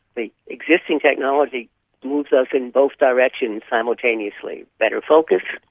the existing technology moves us in both directions simultaneously better focus,